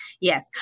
Yes